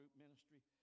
ministry